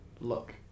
look